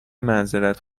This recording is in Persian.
معذرت